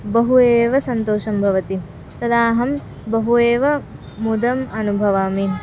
बहु एव सन्तोषं भवति तदा अहं बहु एव मुदाम् अनुभवामि